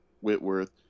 Whitworth